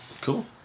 Cool